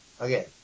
Okay